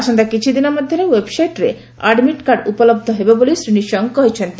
ଆସନ୍ତା କିଛି ଦିନ ମଧରେ ଓ୍ୱେବସାଇଟ୍ ଆଡମିଟ୍ କାର୍ଡ ଉପଲହ ହେବ ବୋଲି ଶ୍ରୀ ନିଶଙ୍କ କହିଛନ୍ତି